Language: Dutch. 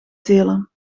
telen